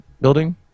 building